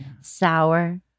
Sour